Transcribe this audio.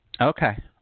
Okay